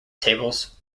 tables